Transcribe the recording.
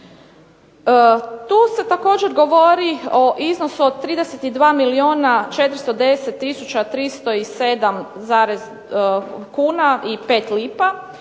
Tu se također govori o iznosu od 32 milijuna 410 tisuća 307 kuna i 5 lipa